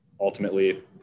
ultimately